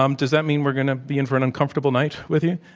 um does that mean we're going to be in for an uncomfortable night with you?